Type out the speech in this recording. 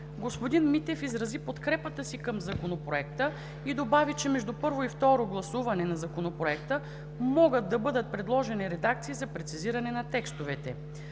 Господин Митев изрази подкрепата си към Законопроекта и добави, че между първото и второто му гласуване могат да бъдат предложени редакции за прецизиране на текстовете.